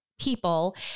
people